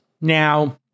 Now